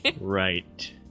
Right